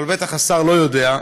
אבל בטח השר לא יודע: